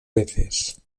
veces